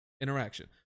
interaction